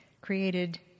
created